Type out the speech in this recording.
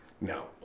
No